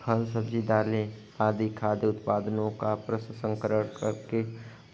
फल, सब्जी, दालें आदि खाद्य उत्पादनों का प्रसंस्करण करके